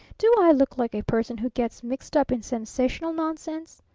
do i look like a person who gets mixed up in sensational nonsense?